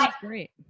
great